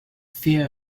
fear